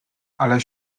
ale